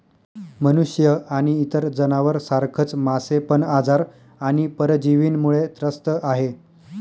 मनुष्य आणि इतर जनावर सारखच मासे पण आजार आणि परजीवींमुळे त्रस्त आहे